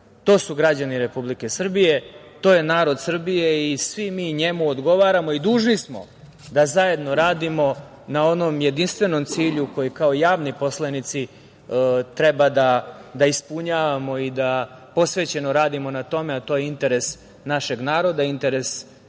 To su građani Republike Srbije, to je narod Srbije i svi mi njemu odgovaramo i dužni smo da zajedno radimo na onom jedinstvenom cilju koji kao javni poslanici treba da ispunjavamo i da posvećeno radimo na tome, a to je interes našeg naroda, interes naših